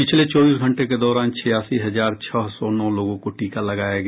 पिछले चौबीस घंटे के दौरान छियासी हजार छह सौ नौ लोगों को टीका लगाया गया